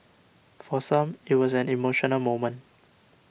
for some it was an emotional moment